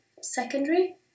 secondary